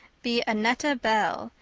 be annetta bell,